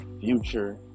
future